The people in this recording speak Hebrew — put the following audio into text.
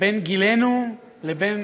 בין גילנו לבין